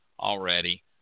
already